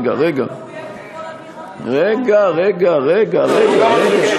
רק, לא מחויבת, רגע, רגע.